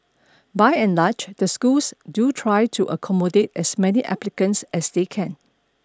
by and large the schools do try to accommodate as many applicants as they can